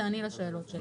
תעני לשאלות שלי.